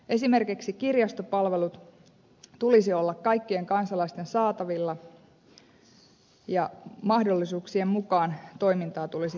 esimerkiksi kirjastopalvelujen tulisi olla kaikkien kansalaisten saatavilla ja mahdollisuuksien mukaan toimintaa tulisi kehittää